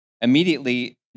Immediately